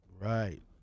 Right